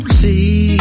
see